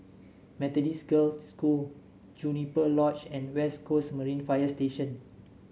Methodist Girls' School Juniper Lodge and West Coast Marine Fire Station